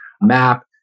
map